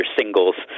singles